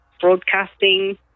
broadcasting